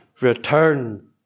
return